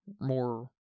more